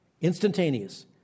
Instantaneous